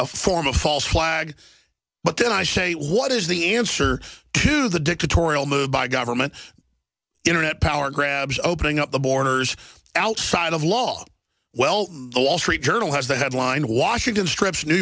form a false flag but then i say what is the answer to the dictatorial move by government internet power grabs opening up the borders outside of law well the wall street journal has the headline washington strips new